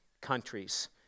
countries